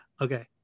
okay